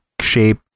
shape